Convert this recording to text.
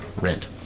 rent